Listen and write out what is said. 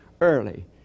early